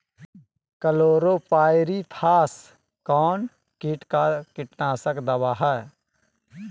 Chlorpyrifos कौन किट का कीटनाशक दवा है?